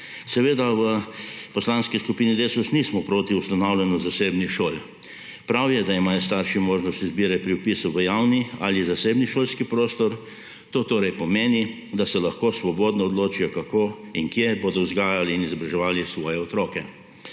Seveda v Poslanski skupini Desus nismo proti ustanavljanju zasebnih šol, prav je, da imajo starši možnost izbire pri vpisu v javni ali zasebni šolski prostor. To torej pomeni, da se lahko svobodno odločijo, kako in kje bodo vzgajali in izobraževali svoje otroke.